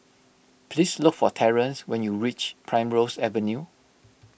please look for Terrance when you reach Primrose Avenue